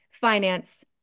finance